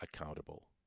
accountable